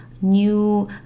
new